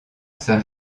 saint